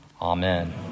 Amen